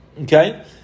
okay